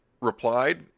replied